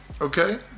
Okay